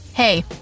Hey